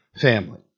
family